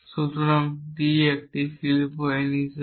সুতরাং t একটি শিল্প n হিসাবে